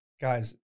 Guys